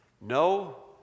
no